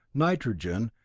nitrogen,